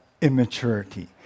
immaturity